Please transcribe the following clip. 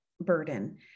burden